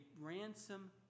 ransom